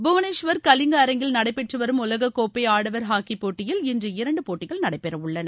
புவனேஸ்வர் கலிங்க அரங்கில் நடைபெற்று வரும் உலகக் கோப்பை ஆடவர் ஹாக்கி போட்டியில் இன்று இரண்டு போட்டிகள் நடைபெறவுள்ளன